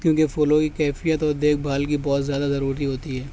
کیونکہ پھولوں کی کیفیت اور دیکھ بھال کی بہت زیادہ ضروری ہوتی ہے